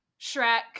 shrek